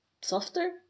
softer